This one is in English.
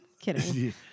Kidding